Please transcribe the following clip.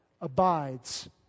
abides